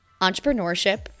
entrepreneurship